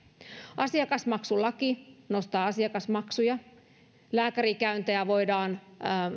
asiakasmaksulaki nostaa asiakasmaksuja lääkärikäyntejä voidaan